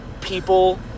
people